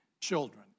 children